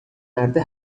مرده